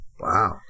Wow